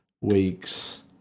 weeks